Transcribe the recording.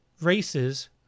races